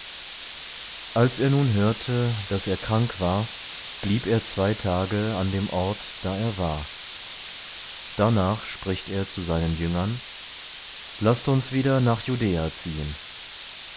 als er nun hörte daß er krank war blieb er zwei tage an dem ort da er war darnach spricht er zu seinen jüngern laßt uns wieder nach judäa ziehen